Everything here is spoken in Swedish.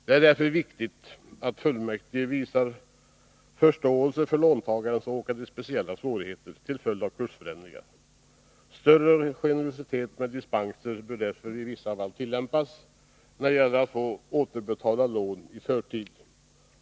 Det är därför viktigt att fullmäktige visar förståelse för låntagare som råkat i speciella svårigheter till följd av kursförändringarna. | Större generositet med dispenser bör därför i vissa fall tillämpas när det gäller I rätten att få återbetala lån i förtid.